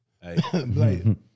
Hey